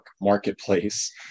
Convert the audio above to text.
Marketplace